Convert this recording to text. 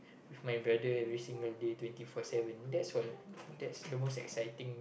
with my brother every single day twenty four seven that's all that's the most exciting